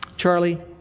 Charlie